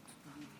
27, 31 ו-43.